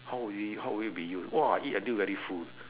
how would it how would it be used !wah! eat until very full